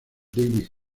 debbie